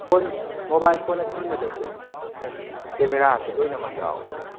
phone mobile ꯐꯣꯟꯅ ꯆꯤꯡꯕꯗꯁꯨ camera ꯑꯁꯦ ꯂꯣꯏꯅꯃꯛ ꯌꯥꯎꯏ